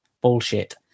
bullshit